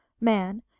man